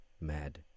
mad